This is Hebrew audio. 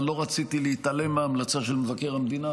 אבל לא רציתי להתעלם מההמלצה של מבקר המדינה,